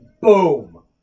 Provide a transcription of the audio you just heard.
boom